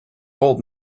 old